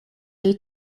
due